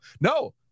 no